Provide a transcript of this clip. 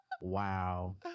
wow